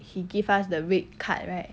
he gave us the red card right